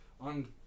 on